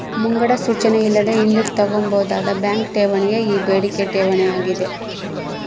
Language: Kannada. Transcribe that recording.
ಮುಂಗಡ ಸೂಚನೆ ಇಲ್ಲದೆ ಹಿಂದುಕ್ ತಕ್ಕಂಬೋದಾದ ಬ್ಯಾಂಕ್ ಠೇವಣಿಯೇ ಈ ಬೇಡಿಕೆ ಠೇವಣಿ ಆಗ್ಯಾದ